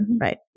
Right